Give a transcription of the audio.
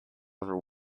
over